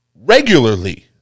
regularly